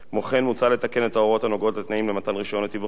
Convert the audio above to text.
מוצע לתקן את ההוראות הנוגעות לתנאים למתן רשיון לתיווך במקרקעין,